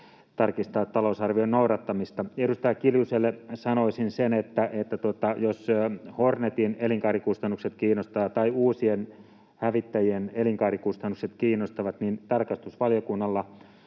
tarkistaa talousarvion noudattamista. Edustaja Kiljuselle sanoisin sen, että jos Hornetin elinkaarikustannukset kiinnostavat tai uusien hävittäjien elinkaarikustannukset kiinnostavat, niin tarkastusvaliokunnalla